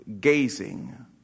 gazing